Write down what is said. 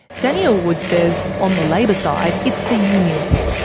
danielle wood says on the labor side it's the unions,